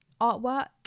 artwork